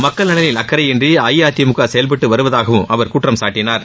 மக்கள் நலனில் அக்கறையின்றி அஇஅதிமுக செயல்பட்டு வருவதாகவும் அவர் குற்றம்சாட்டனார்